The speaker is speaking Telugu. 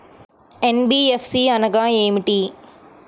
ఎన్.బీ.ఎఫ్.సి అనగా ఏమిటీ?